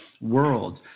world